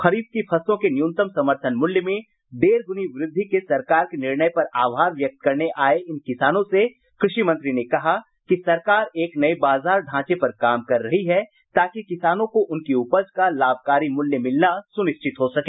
खरीफ की फसलों के न्यूनतम समर्थन मूल्य में डेढ़ गुनी वृद्धि के सरकार के निर्णय पर आभार व्यक्त करने आये इन किसानों से कृषि मंत्री ने कहा कि सरकार एक नये बाजार ढांचे पर काम कर रही है ताकि किसानों को उनकी उपज का लाभकारी मूल्य मिलना सुनिश्चित हो सके